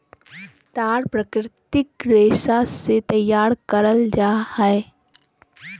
तार प्राकृतिक रेशा से तैयार करल जा हइ